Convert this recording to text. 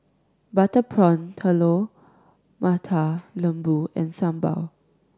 butter prawn Telur Mata Lembu and Sambal